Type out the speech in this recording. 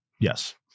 Yes